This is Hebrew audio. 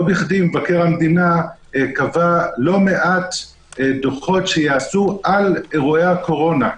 לא בכדי מבקר המדינה קבע לא מעט דוחות שיעשו על אירועי הקורונה.